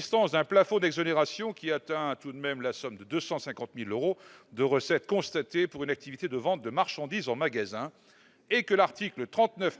choses, un plafond d'exonération, qui atteint tout de même la somme de 250 000 euros de recettes constatées pour une activité de vente de marchandises en magasin. De son côté, l'article 39